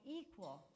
equal